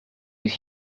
with